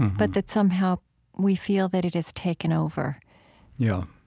but that somehow we feel that it has taken over yeah